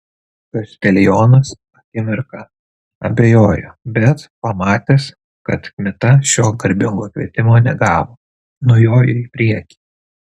kaštelionas akimirką abejojo bet pamatęs kad kmita šio garbingo kvietimo negavo nujojo į priekį